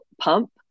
pump